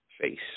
face